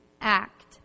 act